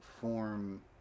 form